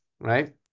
Right